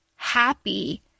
Happy